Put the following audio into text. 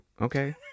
okay